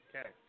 Okay